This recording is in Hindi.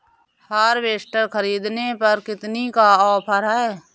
हार्वेस्टर ख़रीदने पर कितनी का ऑफर है?